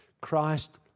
christ